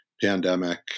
pandemic